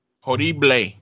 Horrible